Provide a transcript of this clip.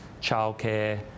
childcare